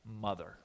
mother